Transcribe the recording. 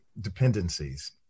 dependencies